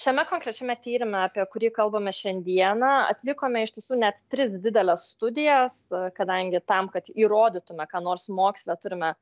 šiame konkrečiame tyrime apie kurį kalbame šiandieną atlikome iš tiesų net tris dideles studijas kadangi tam kad įrodytume ką nors moksle turime